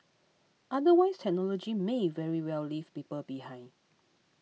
otherwise technology may very well leave people behind